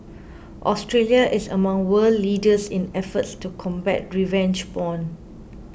Australia is among world leaders in efforts to combat revenge porn